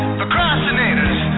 procrastinators